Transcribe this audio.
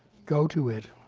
go to it.